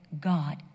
God